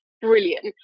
brilliant